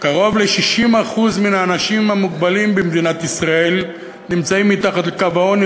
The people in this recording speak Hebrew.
קרוב ל-60% מן האנשים המוגבלים במדינת ישראל נמצאים מתחת לקו העוני,